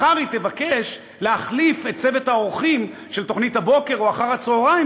מחר היא תבקש להחליף את צוות האורחים של תוכנית הבוקר או אחר-הצהריים,